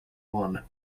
one